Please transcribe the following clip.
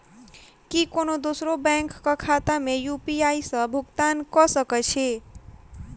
की कोनो दोसरो बैंक कऽ खाता मे यु.पी.आई सऽ भुगतान कऽ सकय छी?